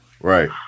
Right